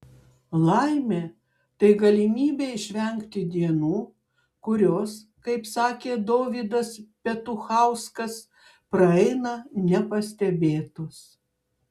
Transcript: laimė tai galimybė išvengti dienų kurios kaip sakė dovydas petuchauskas praeina nepastebėtos